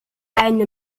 eine